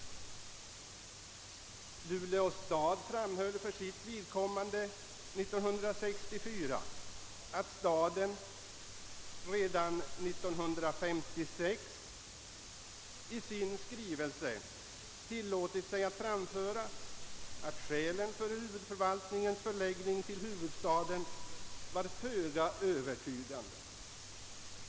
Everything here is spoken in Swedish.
Luleå stad framhöll år 1964 att staden redan 1956 i sin skrivelse tillät sig framföra att skälen för huvudförvaltningens förläggning till huvudstaden var föga övertygande.